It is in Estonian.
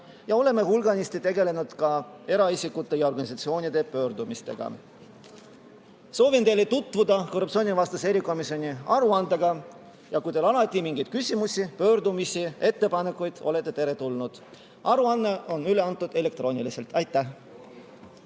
Ja oleme hulganisti tegelenud ka eraisikute ja organisatsioonide pöördumistega. Soovitan teil tutvuda korruptsioonivastase erikomisjoni aruandega. Kui teil on mingeid küsimusi, pöördumisi või ettepanekuid, olete alati teretulnud. Aruanne on üle antud elektrooniliselt. Aitäh!